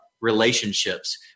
relationships